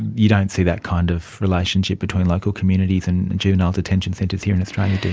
you don't see that kind of relationship between local communities and juvenile detention centres here in australia, do